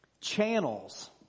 channels